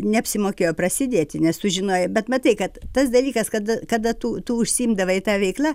neapsimokėjo prasidėti net tu žinojai bet matai kad tas dalykas kada kada tu tu užsiimdavai ta veikla